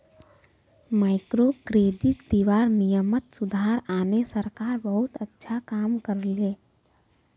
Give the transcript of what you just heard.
microcredit दीबार नियमत सुधार आने सरकार बहुत अच्छा काम कर ले